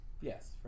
yes